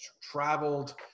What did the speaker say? traveled